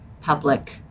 public